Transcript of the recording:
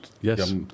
Yes